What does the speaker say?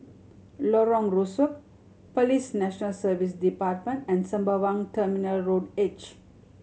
Lorong Rusuk Police National Service Department and Sembawang Terminal Road H